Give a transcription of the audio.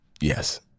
Yes